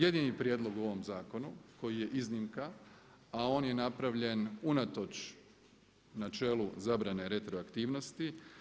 Jedini prijedlog u ovom zakonu koji je iznimka, a on je napravljen unatoč načelu zabrane retroaktivnosti.